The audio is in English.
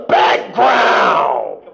background